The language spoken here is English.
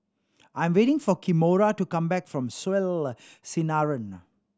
I'm waiting for Kimora to come back from Soleil Sinaran